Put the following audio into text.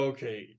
Okay